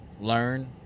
Learn